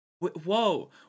Whoa